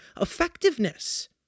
effectiveness